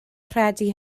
credu